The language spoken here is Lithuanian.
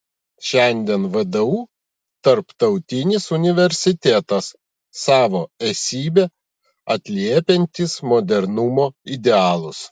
šiandien vdu tarptautinis universitetas savo esybe atliepiantis modernumo idealus